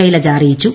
ശൈലജ അറിയിച്ചു